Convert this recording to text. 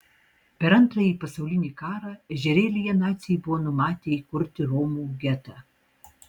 per antrąjį pasaulinį karą ežerėlyje naciai buvo numatę įkurti romų getą